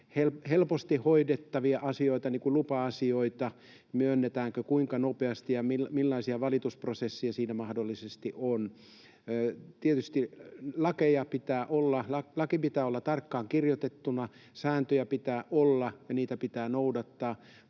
helposti hoidettavia asioita, niin kuin lupa-asioita? Myönnetäänkö niitä kuinka nopeasti, ja millaisia valitusprosesseja siinä mahdollisesti on? Tietysti lakeja pitää olla, lain pitää olla tarkkaan kirjoitettuna, sääntöjä pitää olla ja niitä pitää noudattaa,